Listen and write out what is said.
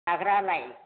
जाग्रायालाय